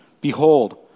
Behold